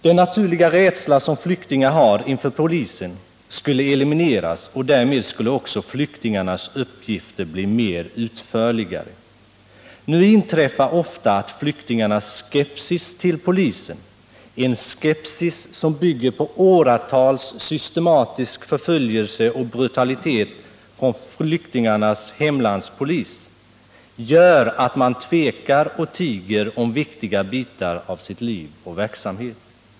Den naturliga rädsla som flyktingar har inför polisen skulle elimineras, och därmed skulle också flyktingarnas uppgifter bli mer utförliga. Nu inträffar det ofta att flyktingarnas skepsis mot polisen — en skepsis som bygger på åratals systematisk förföljelse och brutalitet från flyktingarnas hemlandspolis — gör att de tvekar att berätta eller tiger om viktiga delar av sitt liv och sin verksamhet.